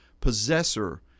possessor